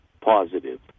positive